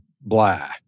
blah